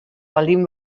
baldin